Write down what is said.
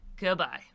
Goodbye